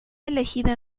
elegida